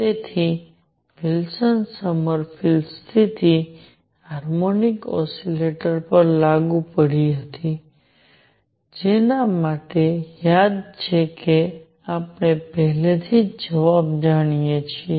તેથી વિલ્સન સોમરફેલ્ડની સ્થિતિ હાર્મોનિક ઓસિલેટર પર લાગુ પડી હતી જેના માટે યાદ છે કે આપણે પહેલેથી જ જવાબ જાણીએ છીએ